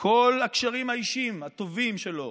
את כל הקשרים האישיים והטובים שלו